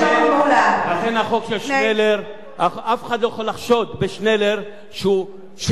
אף אחד לא יכול לחשוד בשנלר שהוא שטחי או רדוד או מחפף.